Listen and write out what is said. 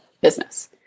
business